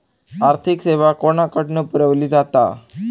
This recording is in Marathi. आर्थिक सेवा कोणाकडन पुरविली जाता?